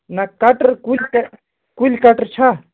نہَ کَٹر کُلۍ کٹر کُلۍ کَٹر چھا